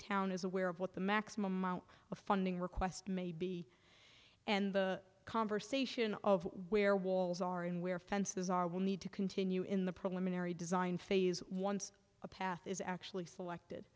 town is aware of what the maximum amount of funding request may be and the conversation of where walls are and where fences are will need to continue in the preliminary design phase once a path is actually selected